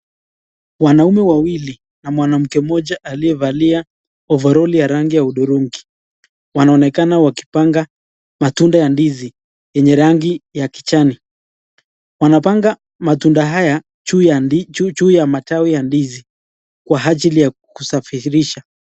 Wanaume wawili na mwanamke mmoja aliyevaa overall ya rangi ya udurungi. Wanaonekana wakipanga matunda ya ndizi yenye rangi ya kichani. Wanapanga matunda haya juu ya matawi ya ndizi kwa ajili ya kusafirisha.